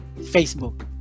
Facebook